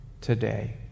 today